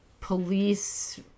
police